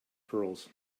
curls